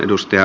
kiitos